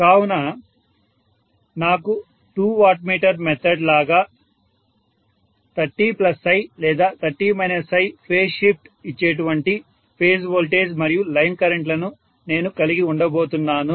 కావున నాకు 2 watt meter method లాగా 30 లేదా 30 ఫేజ్ షిప్ట్ ఇచ్చేటువంటి ఫేజ్ వోల్టేజ్ మరియు లైన్ కరెంట్ లను నేను కలిగి ఉండబోతున్నాను